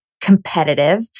competitive